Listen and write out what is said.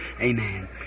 Amen